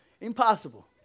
Impossible